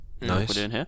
nice